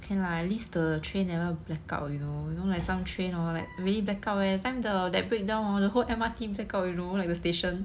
K lah at least the train never blackout you know you know like some train hor like really blackout leh that time that breakdown hor the whole M_R_T blackout you know like the station